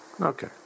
Okay